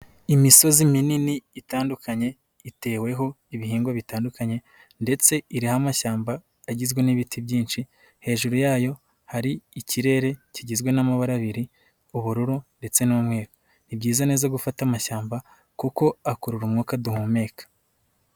Imisozi minini itandukanye, iteweho ibihingwa bitandukanye ndetse iriho amashyamba agizwe n'ibiti byinshi, hejuru yayo hari ikirere kigizwe n'amabara abiri, ubururu ndetse n'umweru, ni byiza neza gufata amashyamba kuko akurura umwuka duhumeka.